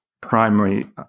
primary